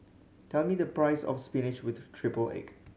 tell me the price of spinach with triple egg